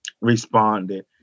responded